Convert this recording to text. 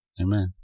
Amen